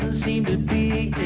seem to be